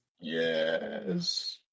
Yes